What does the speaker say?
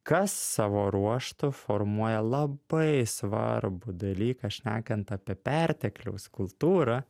kas savo ruožtu formuoja labai svarbų dalyką šnekant apie pertekliaus kultūrą